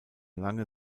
lange